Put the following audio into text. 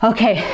Okay